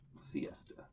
siesta